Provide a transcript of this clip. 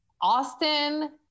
Austin